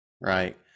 right